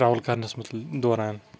travel کَرنَس دوران